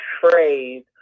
phrase